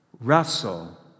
Russell